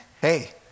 hey